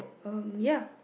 um ya